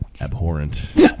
abhorrent